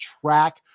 track